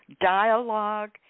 dialogue